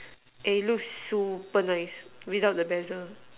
and it looks super nice without the bezel